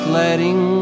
letting